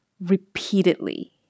repeatedly